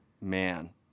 man